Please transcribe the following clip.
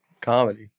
comedy